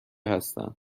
هستند